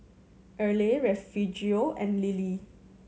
Erle Refugio and Lilie